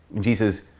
Jesus